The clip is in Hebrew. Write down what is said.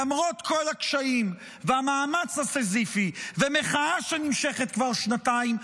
למרות כל הקשיים והמאמץ הסיזיפי ומחאה שנמשכת כבר שנתיים,